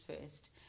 first